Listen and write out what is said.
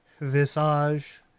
Visage